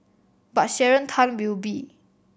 but Sharon Tan will be